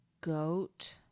Goat